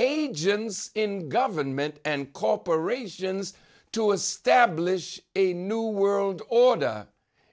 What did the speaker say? agents in government and corporations to establish a new world order